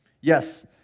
Yes